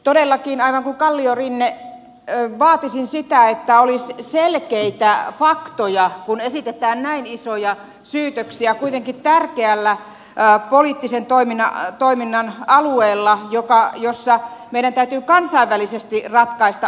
todellakin aivan kuin kalliorinne vaatisin sitä että olisi selkeitä faktoja kun esitetään näin isoja syytöksiä kuitenkin tärkeällä poliittisen toiminnan alueella jolla meidän täytyy kansainvälisesti ratkaista ongelmia